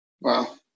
Wow